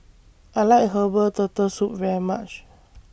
I like Herbal Turtle Soup very much